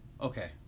Okay